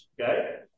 Okay